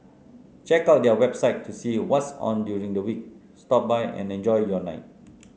check out their website to see what's on during the week stop by and enjoy your night